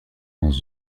dans